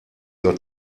your